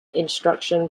instruction